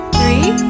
three